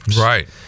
Right